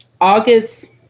August